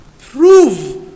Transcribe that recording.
Prove